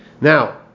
Now